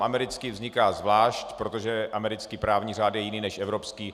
Americký seznam vzniká zvlášť, protože americký právní řád je jiný než evropský.